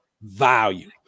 value